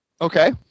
Okay